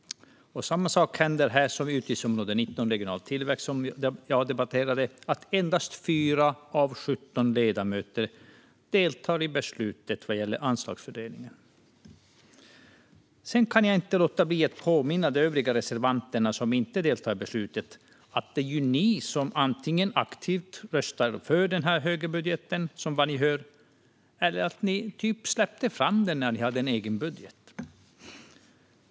Samma sak händer här som med utgiftsområde 19 Regional tillväxt: Endast 4 av 17 ledamöter deltar i beslutet vad gäller anslagsfördelningen. Jag kan inte låta bli att påminna de övriga reservanter som inte deltar i beslutet: Det var ju ni som antingen aktivt röstade för den högerbudget som vann gehör eller släppte fram den, när ni hade en egen budget.